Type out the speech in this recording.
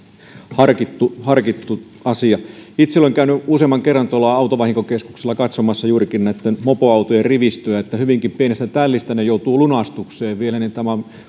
harkittu harkittu asia itse olen käynyt useamman kerran autovahinkokeskuksella katsomassa juurikin näitten mopoautojen rivistöä ja kun hyvinkin pienestä tällistä ne joutuvat lunastukseen niin tämä